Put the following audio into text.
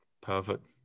perfect